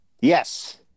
Yes